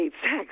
sex